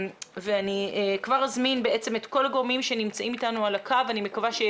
אני כבר אזמין את כל הגורמים שנמצאים איתנו בזום.